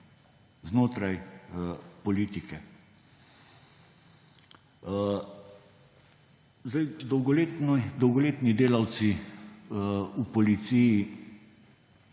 znotraj politike. Dolgoletni delavci v Policiji